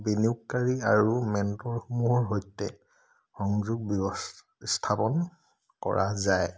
বিনিয়োগকাৰী আৰু মেণ্টৰসমূহৰ সৈতে সংযোগ ব্যৱস্থা স্থাপন কৰা যায়